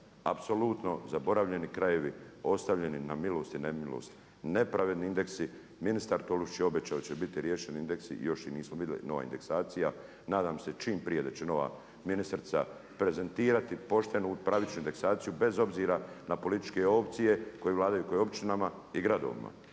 Apsolutno zaboravljeni krajevi ostavljeni na milost i nemilost, nepravedni indeksi. Ministar Tolušić je obećao da će biti riješeni indeksi. Još ih nismo vidjeli, nova indeksacija. Nadam se čim prije da će nova ministrica prezentirati poštenu pravičnu indeksaciju bez obzira na političke opcije koje vladaju u općinama i gradovima.